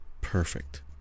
perfect